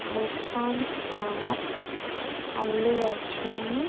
icon star Allu Arjun